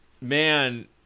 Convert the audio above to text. Man